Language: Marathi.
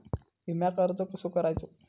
विम्याक अर्ज कसो करायचो?